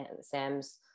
Sam's